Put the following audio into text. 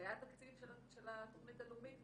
כשהיה תקציב של התוכנית הלאומית,